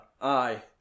Aye